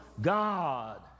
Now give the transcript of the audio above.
God